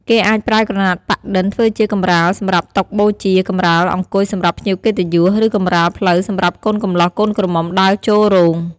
គេអាចប្រើក្រណាត់ប៉ាក់-ឌិនធ្វើជាកម្រាលសម្រាប់តុបូជា កម្រាលអង្គុយសម្រាប់ភ្ញៀវកិត្តិយស ឬកម្រាលផ្លូវសម្រាប់កូនកំលោះកូនក្រមុំដើរចូលរោង។